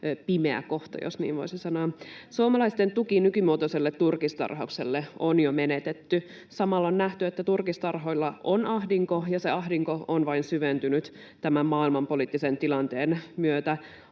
pimeä kohta, jos niin voisi sanoa. Suomalaisten tuki nykymuotoiselle turkistarhaukselle on jo menetetty. Samalla on nähty, että turkistarhoilla on ahdinko ja se ahdinko on vain syventynyt tämän maailmanpoliittisen tilanteen myötä.